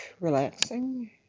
relaxing